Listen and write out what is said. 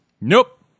Nope